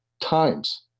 times